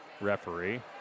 referee